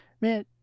Man